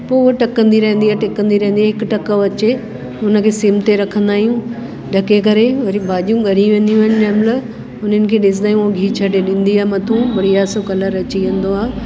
पोइ उहा टहिकंदी रहंदी आहे टहिकंदी रहंदी आहे हिकु टेकाऊं अचे हुन खे सिम ते रखंदा आहियूं ढके करे वरी भाॼियूं ॻरी वेंदियूं आहिमि जंहिं महिल हुननि खे ॾिसंदा आहियूं हूअ ॻिहु छॾे ॾींदी आहे मथां बढ़िया सो कलर अची वेंदो आहे